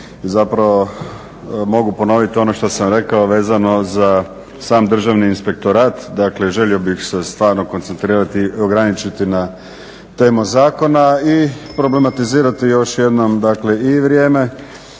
zapravo mogu ponovit ono što sam rekao vezano za sam Državni inspektorat. Dakle želio bih se stvarno ograničiti na temu zakona i problematizirati još jednom i vrijeme